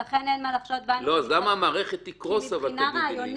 אז למה המערכת תקרוס תגידי לי?